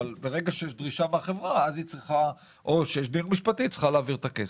אבל ברגע שיש דרישה מהחברה היא צריכה להעביר את הכסף,